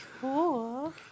Cool